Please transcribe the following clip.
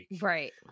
right